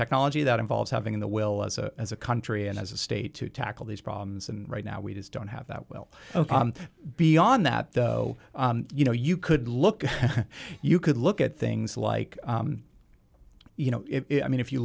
technology that involves having the will as a country and as a state to tackle these problems and right now we just don't have that well beyond that though you know you could look you could look at things like you know it i mean if you